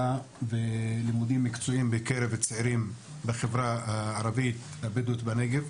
ולימודים מקצועיים בקרב צעירים בחברה הערבית הבדואית בנגב.